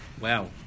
Wow